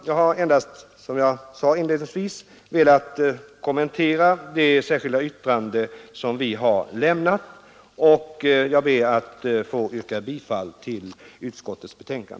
Jag har, som jag sade inledningsvis, endast velat kommentera det särskilda yttrande som vi har lämnat, och jag ber att få yrka bifall till utskottets hemställan.